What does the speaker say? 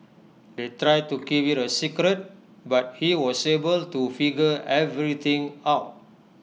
they tried to keep IT A secret but he was able to figure everything out